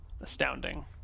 astounding